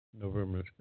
November